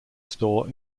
store